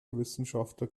wissenschaftler